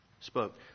spoke